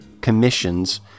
Commission's